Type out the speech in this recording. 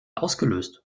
ausgelöst